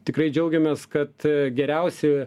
tikrai džiaugiamės kad geriausi